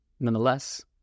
Nonetheless